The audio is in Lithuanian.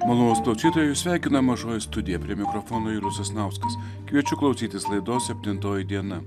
malonūs klausytojai jus sveikina mažoji studija prie mikrofono julius sasnauskas kviečiu klausytis laidos septintoji diena